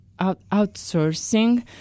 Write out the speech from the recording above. outsourcing